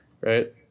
right